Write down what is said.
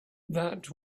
that